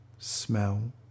smell